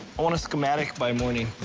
i want a schematic by morning.